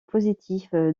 positif